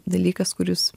dalykas kuris